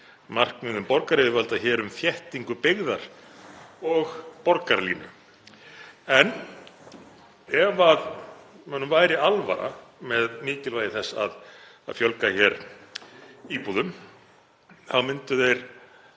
markmiðum borgaryfirvalda hér um þéttingu byggðar og borgarlínu. Ef mönnum væri alvara með mikilvægi þess að fjölga hér íbúðum myndu þeir